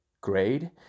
grade